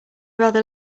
rather